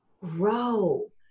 Grow